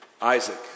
Isaac